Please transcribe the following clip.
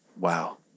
wow